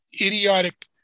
idiotic